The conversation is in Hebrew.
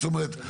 זאת אומרת,